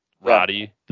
Roddy